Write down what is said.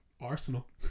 Arsenal